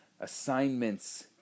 assignments